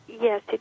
Yes